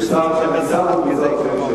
בצער שאני שר או בצער, ?